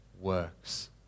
works